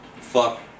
Fuck